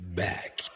back